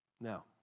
Now